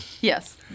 Yes